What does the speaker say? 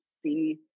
see